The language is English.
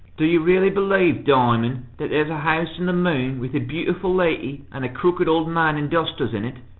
do you really believe, diamond, that there's a house in the moon, with a beautiful lady and a crooked old man and dusters in it?